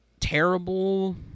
terrible